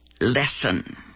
lesson